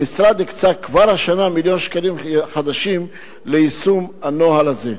המשרד הקצה כבר השנה מיליון שקלים חדשים ליישום הנוהל הזה.